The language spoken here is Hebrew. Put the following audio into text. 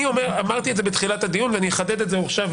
אני אמרתי את זה בתחילת הדיון ואני אחדד את זה עכשיו,